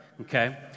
okay